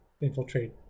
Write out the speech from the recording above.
infiltrate